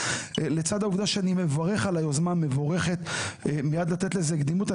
לצד העובדה שאני מברך על היוזמה המבורכת מיד לתת לזה קדימות,